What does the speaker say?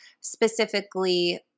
specifically